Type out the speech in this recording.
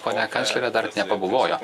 ponia kanclerė dar nepabuvojo